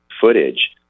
footage